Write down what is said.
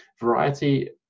variety